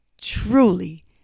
truly